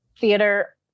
theater